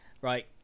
Right